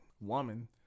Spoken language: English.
woman